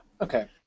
okay